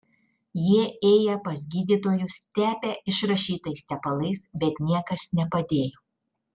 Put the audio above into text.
jie ėję pas gydytojus tepę išrašytais tepalais bet niekas nepadėjo